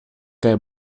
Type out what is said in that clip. kaj